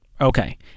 Okay